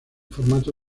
formato